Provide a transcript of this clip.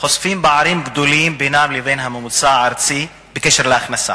נחשפים פערים גדולים בינם לבין הממוצע הארצי בקשר להכנסה.